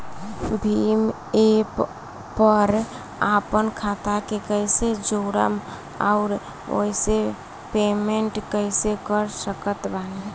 Bhim app पर आपन खाता के कईसे जोड़म आउर ओसे पेमेंट कईसे कर सकत बानी?